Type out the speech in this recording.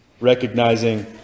recognizing